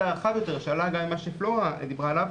הרחב יותר שעלה גם ממה שפלורה דיברה עליו,